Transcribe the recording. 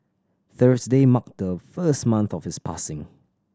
Thursday marked the first month of his passing